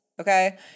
okay